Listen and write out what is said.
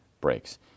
breaks